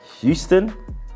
Houston